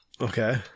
Okay